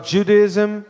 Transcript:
Judaism